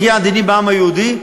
הכי עדינים בעם היהודי,